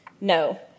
no